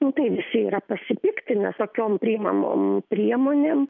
nu taip visi yra pasipiktinę tokiom priimamom priemonėm